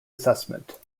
assessment